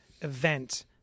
event